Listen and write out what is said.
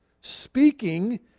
speaking